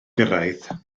gyrraedd